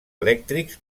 elèctrics